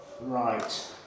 Right